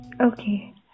Okay